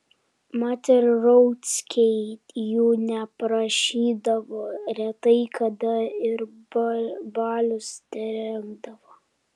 mat ir rauckiai jų neprašydavo retai kada ir balius terengdavo